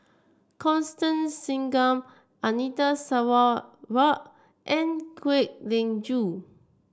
Constance Singam Anita Sarawak and Kwek Leng Joo